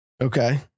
okay